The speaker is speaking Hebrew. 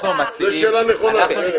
נכונה.